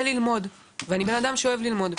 על אף שאני אוהב ללמוד.